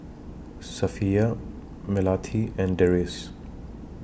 Safiya Melati and Deris